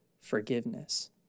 forgiveness